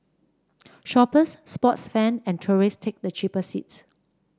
shoppers sports fan and tourists take the cheaper seats